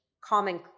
common